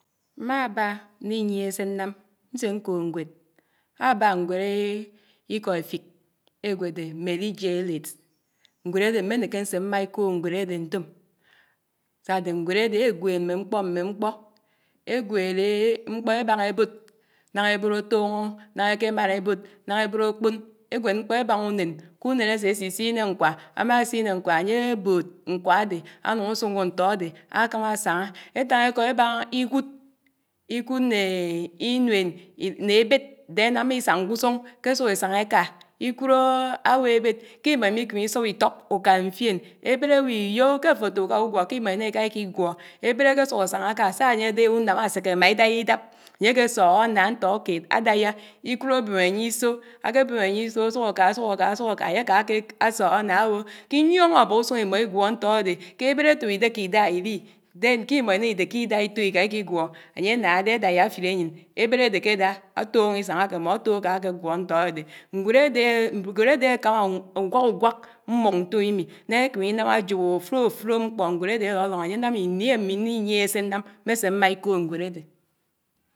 Mmñbá mminyiéné sé nnám nsé ñkód ñwed. Âbá ñwéd ikọ éfik ẽgwété mméli Je Ék’te ñwed ádé mménété nsé mmá ikód ñwed ádé ntóm sǎdé ñwed ádé ẽgwéd mmé mkpọ́ mmé mkpọ́ égwèd mkpọ́ ébáñá ẽbód, náñá ẽbód átọ́n̄ọ́ nnáñá ékémán ébód, náñá ébód ákpón. Égwéd mkpó ébáñá únén, únèn ásè ásisiné ñkwá, ámásiné ñkwá ányé ábód ñkwá ádà ánuñ nsóñó ntọ́ ádè ákámá ásàñá, Étañ ikò ébañá ikud né inùèn, nè ebed, náná énám isàñ kúsúñ, ékésùk èsaña ékà, ikúd áwó ébéd áwó iyó ké afo atúkú ùgwo ki imò ílá itá ikigwọ́ ébéd ákésúk ásáña áká sá ányé ádhé únam áséké ámá idáiya ikúd ábém ányé isọ́ ákébém ànyé ákésùk áná áwó ké inyiọñọ àbà úsúñ imo igwọ ntọ́ ádé, ké ébéd ati wó idéké idá ll dé, ké imọ́ ilá idéké idá ikigwọ Ànye ánádé ádáiyá áfilé ányén Ébéd ádekédá, átọ́ñọ́ isáñ ákémọ́, átó áká ákégwọ ntọ́ ádédè. Ñwed ade ákámá ùgwák ùgwák mbúk ntõmimi, nnáñá ékèmé inám ajọ́b o. àfnõ àfnõ mkpọ́ ñwed ádé álǒlòñọ́ ànyénám ini ami nniyiéhé se nnám, mmésé mmá ikõd nwěd ádé.